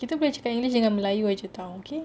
kita boleh cakap english dengan melayu jer [tau] okay